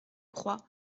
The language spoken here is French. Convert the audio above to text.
croix